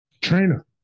Trainer